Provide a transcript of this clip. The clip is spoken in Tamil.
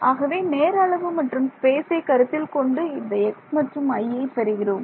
ஆகவே நேர அளவு மற்றும் ஸ்பேஸ் ஐ கருத்தில் கொண்டு இந்த x மற்றும் i ஐ பெறுகிறோம்